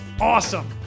awesome